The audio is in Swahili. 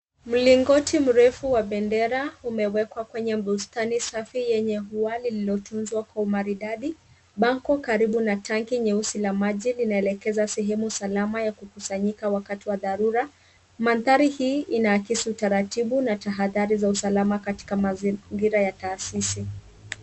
Mlingoti mrefu wa bendera, umewekwa kwenye bustani safi yenye ua lililotunzwa kwa umaridadi. Bango karibu na tanki nyeusi la maji linaelekeza sehemu salama ya kukusanyika wakati wa dharura. Mandhari hii inaakisi utaratibu na tahadhari za usalama katika mazingira ya taasisi.